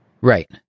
Right